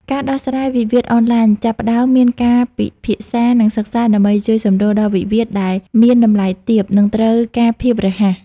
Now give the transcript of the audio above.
ការដោះស្រាយវិវាទអនឡាញ ចាប់ផ្ដើមមានការពិភាក្សា និងសិក្សាដើម្បីជួយសម្រួលដល់វិវាទដែលមានតម្លៃទាប និងត្រូវការភាពរហ័ស។